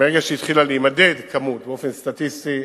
מרגע שזה התחיל להימדד באופן סטטיסטי,